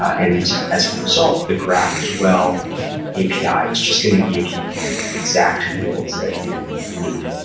and as a result, the graphql api is just going to give you the exact fields that you need.